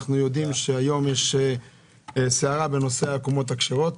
אנחנו יודעים שהיום יש סערה בנושא הקומות הכשרות.